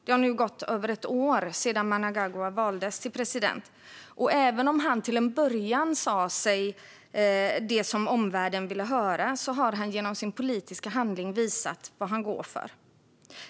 Det har nu gått över ett år sedan Mnangagwa valdes till president, och även om han till en början sa det som omvärlden ville höra har han genom sin politiska handling visat vad han går för.